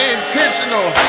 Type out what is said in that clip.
Intentional